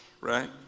right